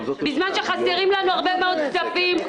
בזמן שחסרים לנו הרבה מאד כספים,